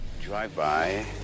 Drive-by